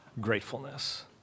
gratefulness